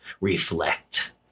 Reflect